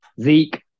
Zeke